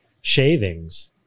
shavings